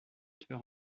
tueur